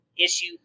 issue